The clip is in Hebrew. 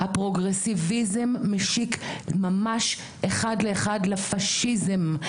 הפרוגרסיביזם משיק ממש אחד לאחד לפשיזם.